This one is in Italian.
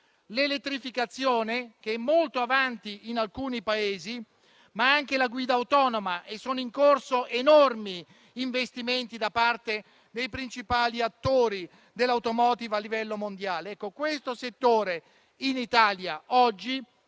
l'elettrificazione è molto avanti in alcuni Paesi, come pure la guida autonoma e sono in corso enormi investimenti da parte dei principali attori dell'*automotive* a livello mondiale. Questo settore in Italia, oggi,